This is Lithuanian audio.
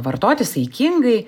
vartoti saikingai